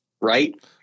right